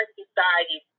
society